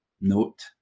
note